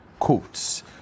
quotes